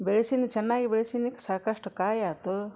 ಬೆಳೆಸೀನಿ ಚೆನ್ನಾಗಿ ಬೆಳೆಸೀನಿ ಸಾಕಷ್ಟು ಕಾಯಿ ಆಯ್ತು